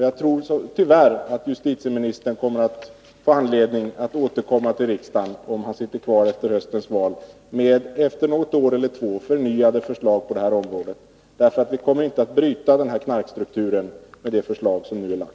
Jag tror tyvärr att justitieministern kommer att få anledning att återkomma till riksdagen efter ett eller ett par år — om han sitter kvar efter höstens val — med förnyade förslag på det här området. Knarkstrukturen kommer inte att brytas med det förslag som är lagt.